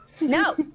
No